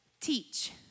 teach